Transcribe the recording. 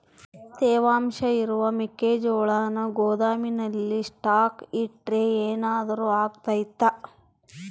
ತೇವಾಂಶ ಇರೋ ಮೆಕ್ಕೆಜೋಳನ ಗೋದಾಮಿನಲ್ಲಿ ಸ್ಟಾಕ್ ಇಟ್ರೆ ಏನಾದರೂ ಅಗ್ತೈತ?